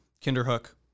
Kinderhook